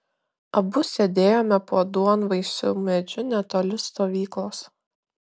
abu sėdėjome po duonvaisiu medžiu netoli stovyklos